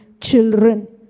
children